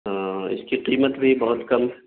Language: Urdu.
ہاں اس کی قیمت بھی بہت کم